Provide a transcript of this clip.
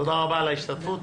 תודה רבה על ההשתתפות.